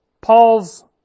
Paul's